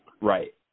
Right